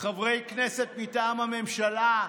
חברי כנסת מטעם הממשלה,